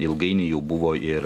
ilgainiui jau buvo ir